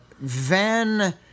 Van